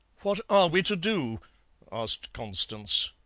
what are we to do asked constance.